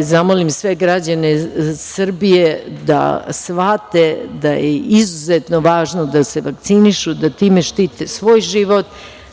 zamolim sve građane Srbije da shvate da je izuzetno važno da se vakcinišu, da time štite svoj život,